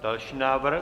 Další návrh?